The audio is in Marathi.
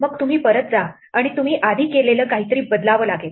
मग तुम्ही परत जा आणि तुम्ही आधी केलेलं काहीतरी बदलावं लागेल